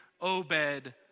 Obed